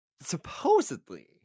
supposedly